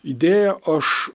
idėją aš